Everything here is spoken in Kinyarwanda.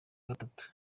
gatatu